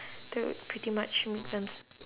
that would pretty much make them s~